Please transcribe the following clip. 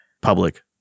public